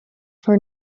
for